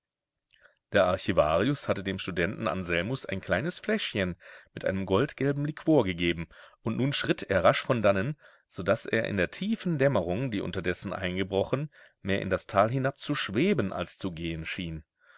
der archivarius hatte dem studenten anselmus ein kleines fläschchen mit einem goldgelben liquor gegeben und nun schritt er rasch von dannen so daß er in der tiefen dämmerung die unterdessen eingebrochen mehr in das tal hinabzuschweben als zu gehen schien